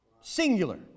singular